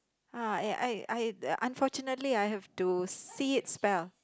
ah I I I unfortunately I have to see it spell